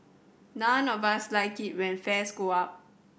none of us like it when fares go up